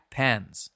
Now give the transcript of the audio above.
pens